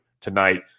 tonight